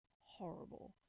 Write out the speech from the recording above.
horrible